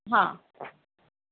ہاں